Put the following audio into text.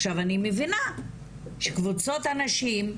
עכשיו אני מבינה שקבוצות הנשים,